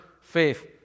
faith